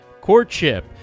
Courtship